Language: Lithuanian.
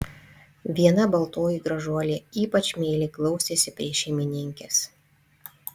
viena baltoji gražuolė ypač meiliai glaustėsi prie šeimininkės